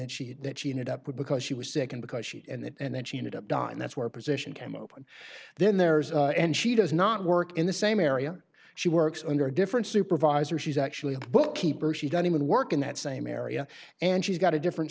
had that she ended up with because she was sick and because she'd and then she ended up dying that's where position came open then there's and she does not work in the same area she works under a different supervisor she's actually a bookkeeper she don't even work in that same area and she's got a different